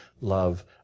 love